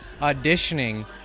auditioning